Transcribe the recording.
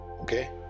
Okay